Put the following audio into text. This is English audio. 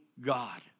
god